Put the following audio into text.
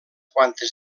quantes